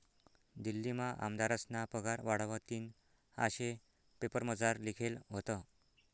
दिल्लीमा आमदारस्ना पगार वाढावतीन आशे पेपरमझार लिखेल व्हतं